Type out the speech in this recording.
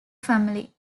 family